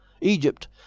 Egypt